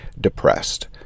depressed